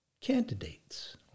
candidates